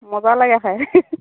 মজা লাগে খাই